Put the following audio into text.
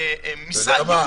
אתה יודע מה?